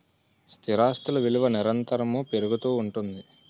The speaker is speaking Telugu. స్థిరాస్తులు విలువ నిరంతరము పెరుగుతూ ఉంటుంది